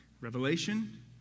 revelation